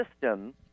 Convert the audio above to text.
system